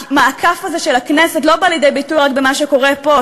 המעקף הזה של הכנסת לא בא לידי ביטוי רק במה שקורה פה,